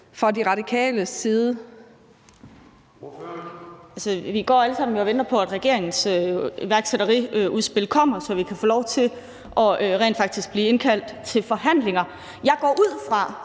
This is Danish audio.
Katrine Robsøe (RV): Vi går jo alle sammen og venter på, at regeringens iværksætteriudspil kommer, så vi kan få lov til rent faktisk at blive indkaldt til forhandlinger. Jeg går ud fra,